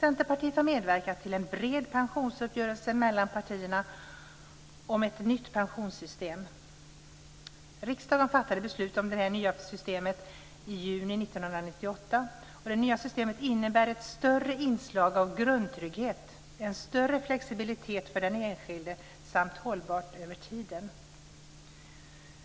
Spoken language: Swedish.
Centerpartiet har medverkat till en bred pensionsuppgörelse mellan partierna om ett nytt pensionssystem. 1998. Systemet innebär ett större inslag av grundtrygghet, en större flexibilitet för den enskilde samt hållbarhet över tiden.